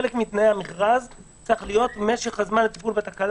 חלק מתנאי המכרז צריך להיות משך הזמן לטיפול בתקלה